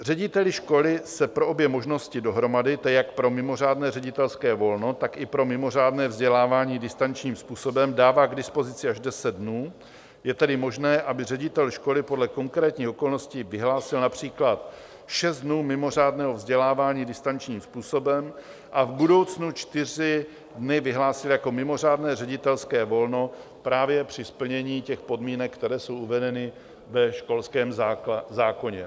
Řediteli školy se pro obě možnosti dohromady, tedy jak pro mimořádné ředitelské volno, tak i pro mimořádné vzdělávání distančním způsobem, dává k dispozici až deset dnů, je tedy možné, aby ředitel školy podle konkrétních okolností vyhlásil například 6 dnů mimořádného vzdělávání distančním způsobem a v budoucnu čtyři dny vyhlásil jako mimořádné ředitelské volno právě při splnění podmínek, které jsou uvedeny ve školském zákoně.